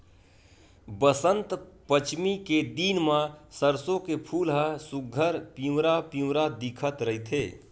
बसंत पचमी के दिन म सरसो के फूल ह सुग्घर पिवरा पिवरा दिखत रहिथे